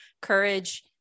Courage